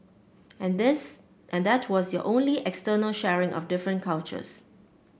and this and that was your only external sharing of different cultures